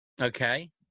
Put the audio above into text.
Okay